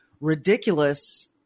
ridiculous